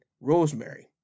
Rosemary